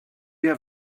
have